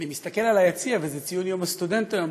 אני מסתכל על היציע, וזה ציון יום הסטודנט היום.